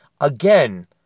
Again